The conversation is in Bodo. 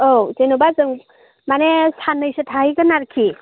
औ जेन'बा जों माने सान्नैसो थाहैगोन आरोखि